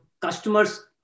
customers